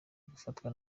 gufatwa